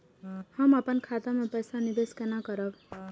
हम अपन खाता से पैसा निवेश केना करब?